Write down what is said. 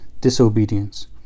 disobedience